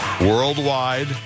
worldwide